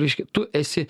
reiškia tu esi